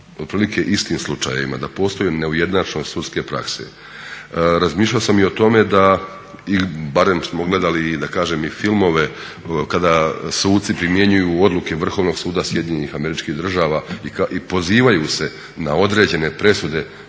da postoji neujednačenost sudske prakse. Razmišljao sam i o tome da ili barem smo gledali filmove kada suci primjenjuju odluke Vrhovnog suda SAD-a i pozivaju se na određene presude